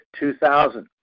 2000